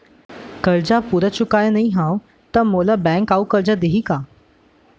करजा पूरा चुकोय नई हव त मोला बैंक अऊ करजा दिही का?